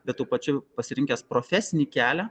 bet tuo pačiu pasirinkęs profesinį kelią